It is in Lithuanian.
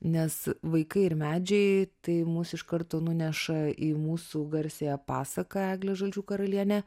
nes vaikai ir medžiai tai mus iš karto nuneša į mūsų garsiąją pasaką eglė žalčių karalienė